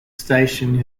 station